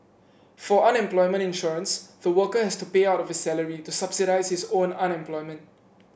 for unemployment insurance the worker has to pay out of his salary to subsidise his own unemployment